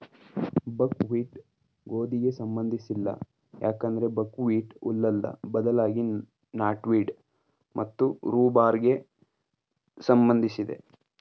ಬಕ್ wheat ಗೋಧಿಗೆ ಸಂಬಂಧಿಸಿಲ್ಲ ಯಾಕಂದ್ರೆ ಬಕ್ಹ್ವೀಟ್ ಹುಲ್ಲಲ್ಲ ಬದ್ಲಾಗಿ ನಾಟ್ವೀಡ್ ಮತ್ತು ರೂಬಾರ್ಬೆಗೆ ಸಂಬಂಧಿಸಿದೆ